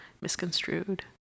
misconstrued